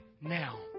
now